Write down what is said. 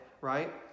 right